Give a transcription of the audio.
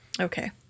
okay